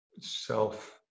self